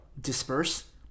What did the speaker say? disperse